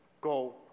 Go